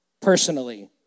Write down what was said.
personally